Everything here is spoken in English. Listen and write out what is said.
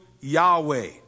Yahweh